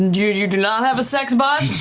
and you do you do not have a sex bot?